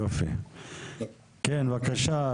בבקשה.